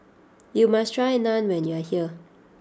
you must try Naan when you are here